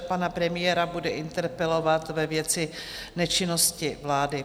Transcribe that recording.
Pana premiéra bude interpelovat ve věci nečinnosti vlády.